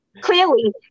clearly